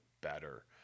better